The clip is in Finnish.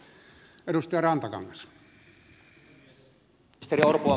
jatkan seuraavassa puheenvuorossa